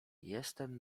jestem